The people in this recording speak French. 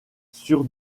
sur